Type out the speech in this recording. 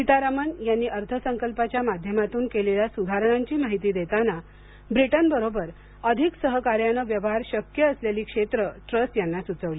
सीतारामन यांनी अर्थसंकल्पाच्या माध्यमातून केलेल्या सुधारणांची माहिती देताना ब्रिटनबरोबर अधिक सहकार्यानं व्यवहार शक्य असलेली क्षेत्रं ट्रस यांना सुचवली